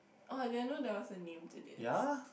oh I didn't know there was a name to this